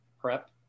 prep